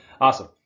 Awesome